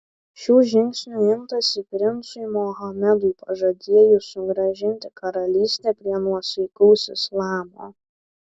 šių žingsnių imtasi princui mohamedui pažadėjus sugrąžinti karalystę prie nuosaikaus islamo